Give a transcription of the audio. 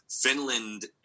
Finland